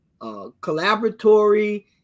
collaboratory